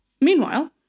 Meanwhile